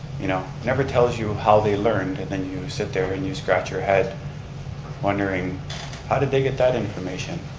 you know never tells you how they learned, and then you sit there and you scratch your head wondering how did they get that information.